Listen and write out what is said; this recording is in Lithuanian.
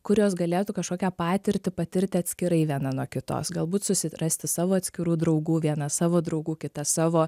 kur jos galėtų kažkokią patirtį patirti atskirai viena nuo kitos galbūt susirasti savo atskirų draugų viena savo draugų kita savo